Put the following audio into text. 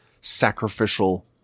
sacrificial